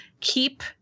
keep